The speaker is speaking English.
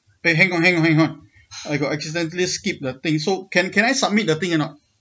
eh hang on hang on hang on I got accidentally skip the thing so can can I submit the thing or not